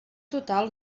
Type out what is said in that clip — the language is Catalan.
total